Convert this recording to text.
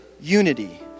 unity